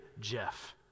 Jeff